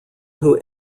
who